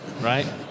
right